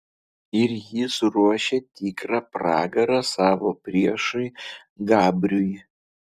ir jis ruošia tikrą pragarą savo priešui gabriui